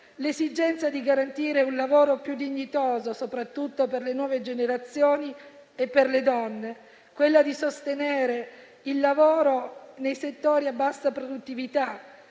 L'esigenza di garantire un lavoro più dignitoso, soprattutto per le nuove generazioni e per le donne, quella di sostenere il lavoro nei settori a bassa produttività,